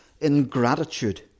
ingratitude